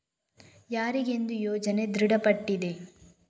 ಯಾರಿಗೆಂದು ಯೋಜನೆ ದೃಢಪಟ್ಟಿದೆ?